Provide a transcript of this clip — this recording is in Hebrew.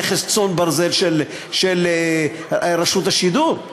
נכס צאן ברזל של רשות השידור,